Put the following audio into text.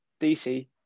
DC